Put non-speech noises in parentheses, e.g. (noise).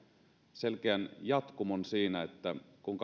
selkeän jatkumon siinä että kun (unintelligible)